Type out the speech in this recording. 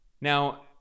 Now